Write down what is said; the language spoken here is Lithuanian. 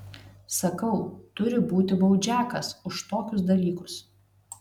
sakau turi būti baudžiakas už tokius dalykus